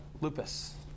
lupus